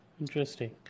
Interesting